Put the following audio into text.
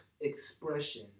expression